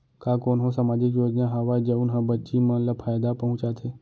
का कोनहो सामाजिक योजना हावय जऊन हा बच्ची मन ला फायेदा पहुचाथे?